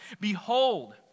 Behold